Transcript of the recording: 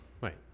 Right